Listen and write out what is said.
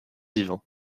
vivant